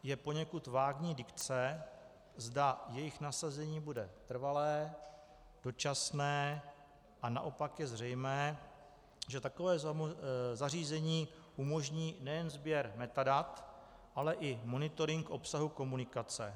Je poněkud vágní dikce, zda jejich nasazení bude trvalé, dočasné, a naopak je zřejmé, že takové zařízení umožní nejen sběr metadat, ale i monitoring obsahu komunikace.